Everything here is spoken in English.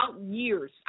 years